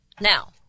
Now